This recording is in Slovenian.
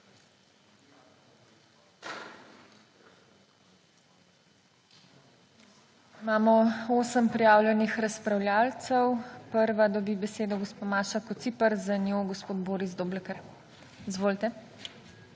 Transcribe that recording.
Imamo 8 prijavljenih razpravljavcev. Prva dobi besedo gospa Maša Kociper, za njo gospod Boris Doblekar. Izvolite.